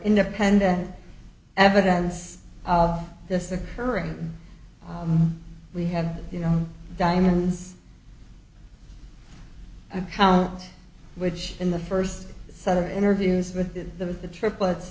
independent evidence of this occurring we have you know diamonds account which in the first set of interviews with the the triplets